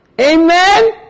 Amen